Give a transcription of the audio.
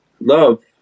love